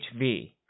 hv